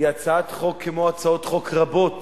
היא הצעת חוק כמו הצעות חוק רבות